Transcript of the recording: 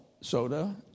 soda